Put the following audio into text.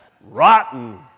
rotten